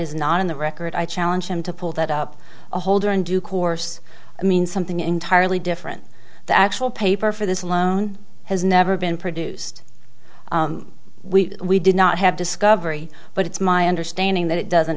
is not in the record i challenge him to pull that up a holder in due course i mean something entirely different the actual paper for this loan has never been produced we we did not have discovery but it's my understanding that it doesn't